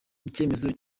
icyemezo